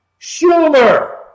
Schumer